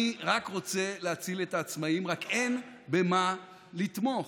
אני רוצה להציל את העצמאים, רק אין במה לתמוך.